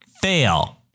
Fail